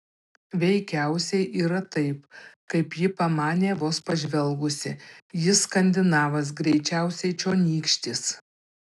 veikiausiai yra taip kaip ji pamanė vos pažvelgusi jis skandinavas greičiausiai čionykštis